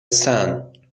sun